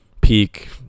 peak